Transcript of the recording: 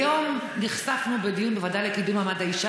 היום נחשפנו בדיון בוועדה לקידום מעמד האישה